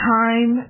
time